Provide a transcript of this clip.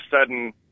sudden